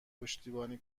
پشتیبانی